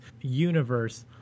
universe